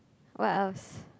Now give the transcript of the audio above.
what else